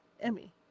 Emmy